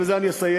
ובזה אני אסיים,